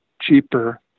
cheaper